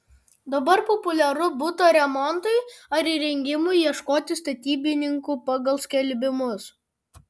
dabar populiaru buto remontui ar įrengimui ieškoti statybininkų pagal skelbimus